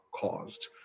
caused